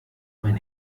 mein